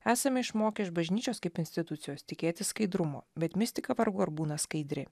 esame išmokę iš bažnyčios kaip institucijos tikėtis skaidrumo bet mistika vargu ar būna skaidri